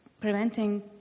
preventing